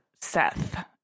Seth